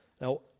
Now